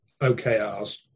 OKRs